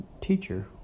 teacher